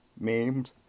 maimed